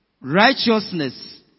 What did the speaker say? righteousness